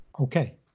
Okay